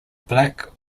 black